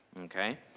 okay